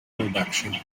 reduction